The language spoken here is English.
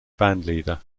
bandleader